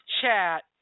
chat